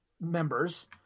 members